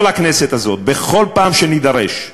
כל הכנסת הזאת, בכל פעם שנידרש,